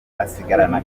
asigarana